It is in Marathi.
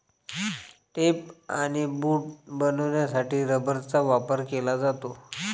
टेप आणि बूट बनवण्यासाठी रबराचा वापर केला जातो